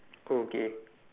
okay